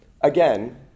again